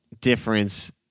difference